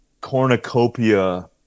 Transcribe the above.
cornucopia